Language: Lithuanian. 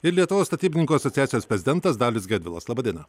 ir lietuvos statybininkų asociacijos prezidentas dalius gedvilas laba diena